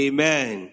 Amen